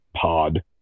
pod